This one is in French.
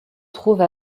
trouve